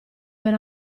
ben